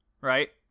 Right